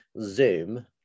zoom